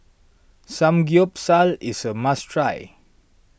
Samgyeopsal is a must try